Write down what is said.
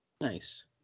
Nice